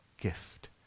gift